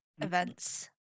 events